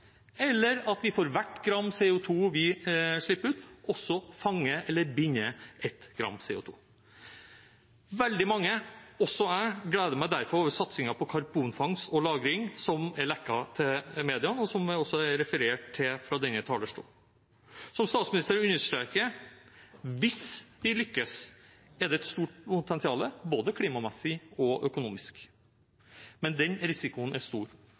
eller at vi for hvert gram CO 2 vi slipper ut, også fanger eller binder ett gram CO 2 . Veldig mange, også jeg, gleder meg derfor over satsingen på karbonfangst og -lagring som er lekket til mediene, og som også er referert til fra denne talerstolen. Statsministeren understreker at hvis vi lykkes, er det et stort potensial både klimamessig og økonomisk. Men den risikoen er stor,